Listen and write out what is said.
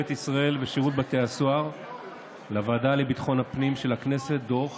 ישראל ושירות בתי הסוהר לוועדה לביטחון הפנים של הכנסת דוח